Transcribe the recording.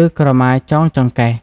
ឬក្រមាចងចង្កេះ។